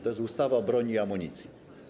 To jest ustawa o broni i amunicji.